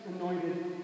anointed